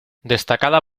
destacada